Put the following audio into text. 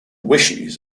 wishes